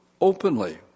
openly